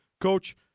Coach